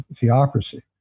theocracy